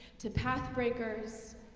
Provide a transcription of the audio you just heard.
to path breakers.